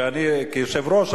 ואני כיושב-ראש,